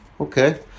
okay